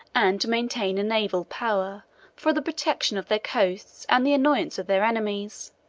and to maintain a naval power for the protection of their coasts and the annoyance of their enemies.